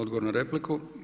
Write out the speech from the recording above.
odgovoru na repliku.